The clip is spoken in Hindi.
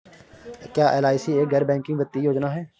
क्या एल.आई.सी एक गैर बैंकिंग वित्तीय योजना है?